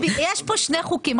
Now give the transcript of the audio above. יש פה שני חוקים,